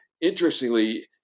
interestingly